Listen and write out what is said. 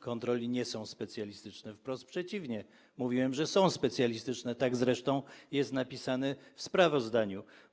Kontroli nie są specjalistyczne, wprost przeciwnie: mówiłem, że są specjalistyczne, tak zresztą jest napisane w sprawozdaniu.